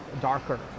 darker